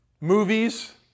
movies